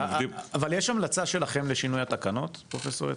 יש המלצה לשינוי התקנות פרופסור יציב?